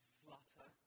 flutter